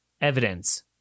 evidence